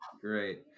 great